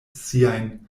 siajn